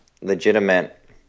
legitimate